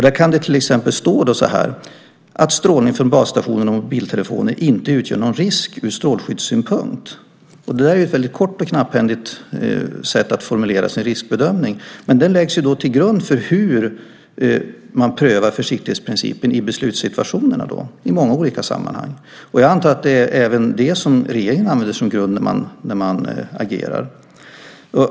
Där kan det till exempel stå att strålning från basstationer och mobiltelefoner inte utgör någon risk ur strålskyddssynpunkt. Det är ett väldigt kort och knapphändigt sätt att formulera sin riskbedömning, men den läggs ju till grund för hur man prövar försiktighetsprincipen i beslutssituationerna i många olika sammanhang. Jag antar att även regeringen använder sig av detta som grund när man agerar.